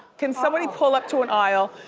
can somebody pull up to an aisle?